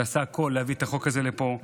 שעשה הכול כדי להביא את החוק הזה לפה,